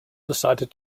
decided